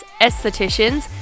estheticians